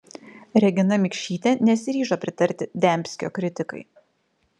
regina mikšytė nesiryžo pritarti dembskio kritikai